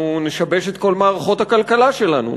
אנחנו נשבש את כל מערכות הכלכלה שלנו,